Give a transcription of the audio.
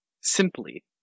simply